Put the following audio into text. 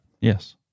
Yes